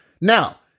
Now